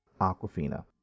Aquafina